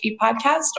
podcast